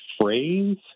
phrase